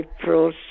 April